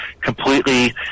completely